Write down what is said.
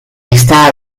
está